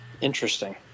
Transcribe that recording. Interesting